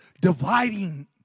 dividing